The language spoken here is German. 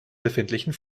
befindlichen